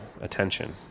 attention